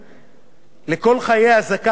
הזכאי יהיו טעונות אישור ועדת העבודה והרווחה,